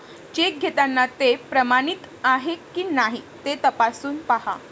check घेताना ते प्रमाणित आहे की नाही ते तपासून पाहा